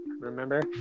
remember